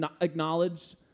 acknowledge